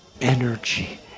energy